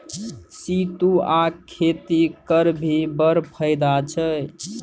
सितुआक खेती करभी बड़ फायदा छै